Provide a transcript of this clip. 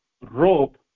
rope